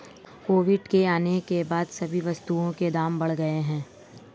Covid के आने के बाद सभी वस्तुओं के दाम बढ़ गए हैं